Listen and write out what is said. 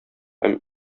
һәм